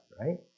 Right